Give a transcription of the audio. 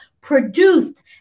produced